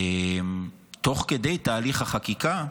תוך כדי תהליך החקיקה,